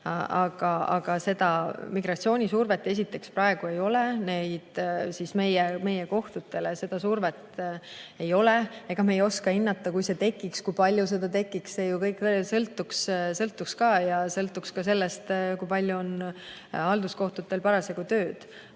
Aga seda migratsioonisurvet praegu ei ole. Meie kohtutele seda survet ei ole. Ega me ei oska hinnata, et kui see tekiks, kui palju seda tekiks. Ja see ju sõltuks ka sellest, kui palju on halduskohtutel parasjagu tööd.